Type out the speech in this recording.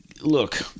Look